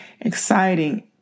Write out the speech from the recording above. exciting